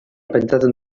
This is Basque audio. pentsatzen